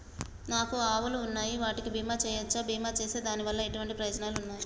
నాకు ఆవులు ఉన్నాయి వాటికి బీమా చెయ్యవచ్చా? బీమా చేస్తే దాని వల్ల ఎటువంటి ప్రయోజనాలు ఉన్నాయి?